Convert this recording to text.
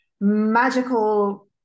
magical